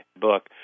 book